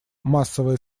массовое